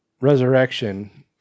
Resurrection